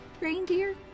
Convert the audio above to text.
reindeer